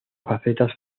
facetas